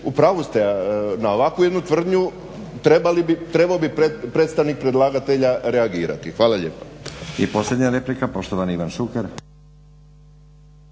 u pravu ste, na ovakvu jednu tvrdnju trebao bi predstavnik predlagatelja reagirati. Hvala lijepa.